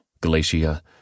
Galatia